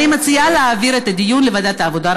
ואני מציעה להעביר את הדיון לוועדת העבודה,